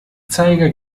zeiger